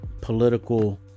political